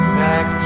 back